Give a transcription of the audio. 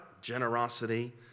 generosity